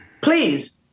Please